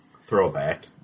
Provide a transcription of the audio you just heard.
Throwback